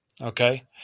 Okay